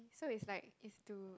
so it's like it's to